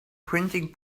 printing